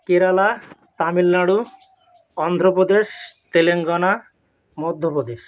Kerala Tamil Nadu Andhra Pradesh Telangana Madhya Pradesh